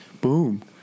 Boom